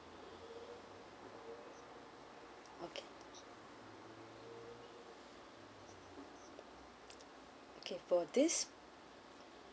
okay for this